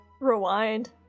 rewind